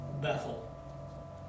Bethel